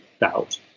doubt